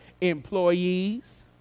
employees